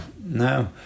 no